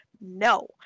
no